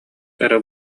эрэ